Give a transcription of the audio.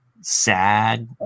sad